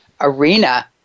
arena